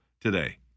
today